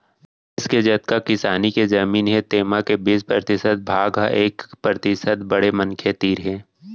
देस के जतका किसानी के जमीन हे तेमा के बीस परतिसत भाग ह एक परतिसत बड़े मनखे तीर हे